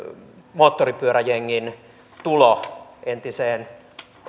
moottoripyöräjengin tulo entiseen